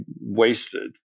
wasted